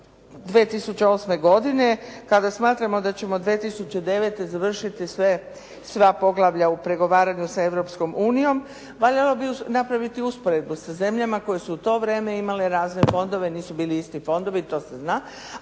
2008. godine kada smatramo da ćemo 2009, završiti sva poglavlja u pregovaranju sa Europskom unijom valjalo bi napraviti usporedbu sa zemljama koje su u to vrijeme imali razne fondove, nisu bili isti fondovi, to se zna,